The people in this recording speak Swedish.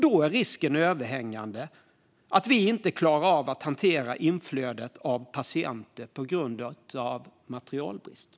Då är risken överhängande att vi på grund av materialbrist inte klarar av att hantera inflödet av patienter.